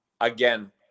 again